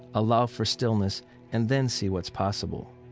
allow for stillness and then see what's possible.